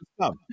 Come